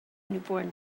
newborn